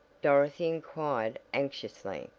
dorothy inquired anxiously.